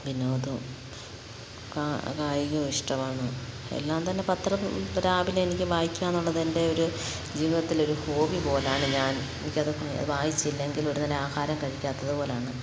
വിനോദവും കാ കായികവും ഇഷ്ടമാണ് എല്ലാം തന്നെ പത്രം രാവിലെ എനിക്ക് വായിക്കാനുള്ളത് എൻ്റെ ഒരു ജീവിതത്തിലൊരു ഹോബി പോലെയാണ് ഞാൻ എനിക്കത് വായിച്ചില്ലെങ്കിൽ ഒരുനേരം ആഹാരം കഴിക്കാത്തതുപോലെയാണ്